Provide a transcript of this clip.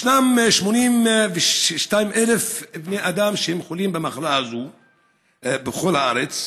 ישנם 82,000 בני אדם שהם חולים במחלה הזו בכל הארץ.